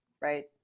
right